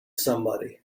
somebody